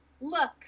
look